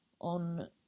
on